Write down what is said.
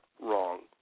wrong